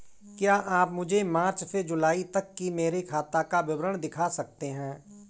क्या आप मुझे मार्च से जूलाई तक की मेरे खाता का विवरण दिखा सकते हैं?